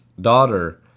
daughter